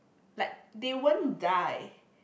like they won't die